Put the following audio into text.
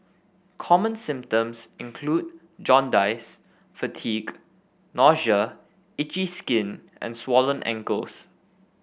common symptoms include jaundice fatigue nausea itchy skin and swollen ankles